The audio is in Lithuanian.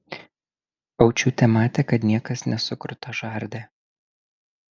aučiūtė matė kad niekas nesukruta žarde